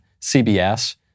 CBS